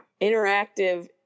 interactive